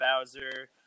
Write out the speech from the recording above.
Bowser